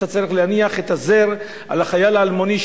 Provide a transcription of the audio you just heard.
אתה צריך להניח את הזר לזכר החייל האלמוני,